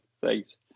thanks